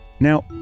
Now